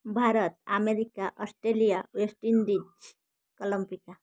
Bharat America Australia West Indies Colombia